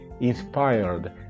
inspired